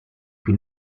cui